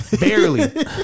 Barely